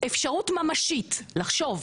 "אפשרות ממשית לחשוב,